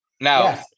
Now